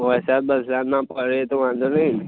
વરસાદ બરસાદમાં પલળે તો વાંધો નહીં ને